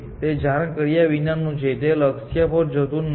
તે જાણ કર્યા વિનાનું છે તે લક્ષ્ય પર જતું નથી